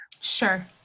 Sure